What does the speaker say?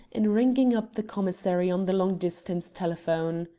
in ringing up the commissary on the long-distance telephone.